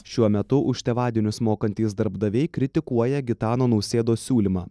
šiuo metu už tėvadienius mokantys darbdaviai kritikuoja gitano nausėdos siūlymą